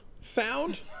sound